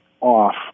off